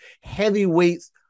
heavyweights